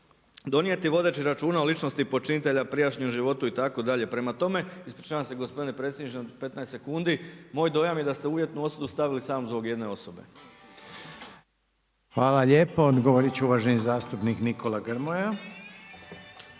donijeti vodeći računa o ličnosti počinitelja, prijašnjem životu itd. Prema tome, ispričavam se gospodine predsjedniče na 15 sekundi. Moj dojam je da ste uvjetnu osudu stavili samo zbog jedne osobe. **Reiner, Željko (HDZ)** Hvala lijepo. Odgovorit će uvaženi zastupnik Nikola Grmoja.